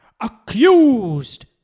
Accused